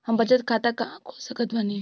हम बचत खाता कहां खोल सकत बानी?